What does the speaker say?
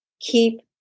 keep